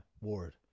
Ward